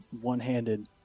one-handed